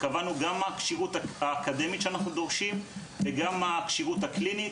מה הכשירות האקדמית שאנחנו דורשים ומה הכשירות הקלינית.